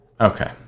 Okay